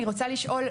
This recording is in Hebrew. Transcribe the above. אני רוצה לשאול,